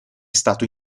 stato